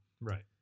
Right